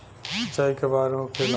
सिंचाई के बार होखेला?